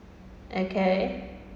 okay